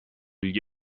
gli